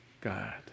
God